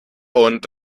und